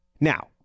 Now